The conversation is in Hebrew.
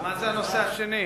הנושא השני?